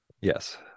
Yes